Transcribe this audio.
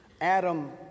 Adam